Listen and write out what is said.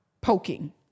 poking